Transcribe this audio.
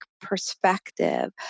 perspective